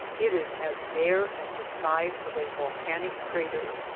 it is as bare as the side of a volcanic crater.